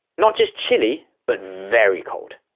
not just chilly, but very cold.